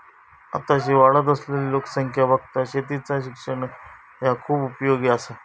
आताशी वाढत असलली लोकसंख्या बघता शेतीचा शिक्षण ह्या खूप उपयोगी आसा